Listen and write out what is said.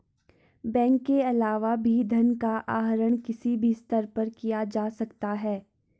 bank के अलावा भी धन का आहरण किसी भी स्तर पर किया जा सकता है